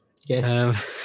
Yes